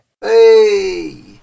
Hey